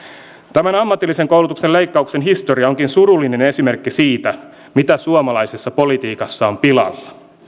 tämän ammatillisen koulutuksen leikkauksen historia onkin surullinen esimerkki siitä mitä suomalaisessa politiikassa on pilalla